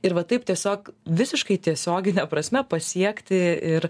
ir va taip tiesiog visiškai tiesiogine prasme pasiekti ir